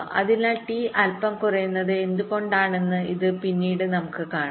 അതിനാൽ T അല്പം കുറയുന്നത് എന്തുകൊണ്ടാണെന്ന് ഇത് പിന്നീട് നമുക്ക് കാണാം